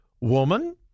woman